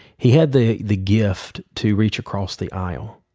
he had the the gift to reach across the aisle.